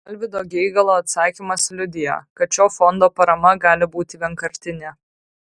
alvydo geigalo atsakymas liudija kad šio fondo parama gali būti vienkartinė